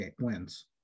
wins